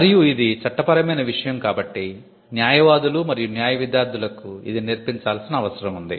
మరియు ఇది చట్టపరమైన విషయం కాబట్టి న్యాయవాదులు మరియు న్యాయ విద్యార్థులకు ఇది నేర్పించాల్సిన అవసరం ఉంది